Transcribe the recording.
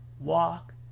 walk